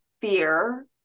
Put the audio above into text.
fear